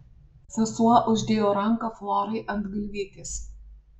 sesuo uždėjo ranką florai ant galvytės